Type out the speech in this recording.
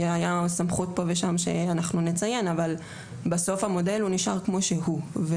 היה סמכות פה ושם שאנחנו נציין אבל בסוף המודל הוא נשאר כמו שהוא.